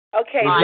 Okay